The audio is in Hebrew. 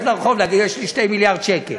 לרחוב ולהגיד: יש לי 2 מיליארד שקל.